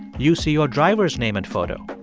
you see your driver's name and photo.